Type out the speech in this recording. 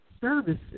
Services